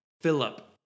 Philip